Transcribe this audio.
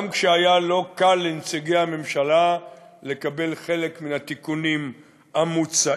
גם כשהיה לא קל לנציגי הממשלה לקבל חלק מן התיקונים המוצעים.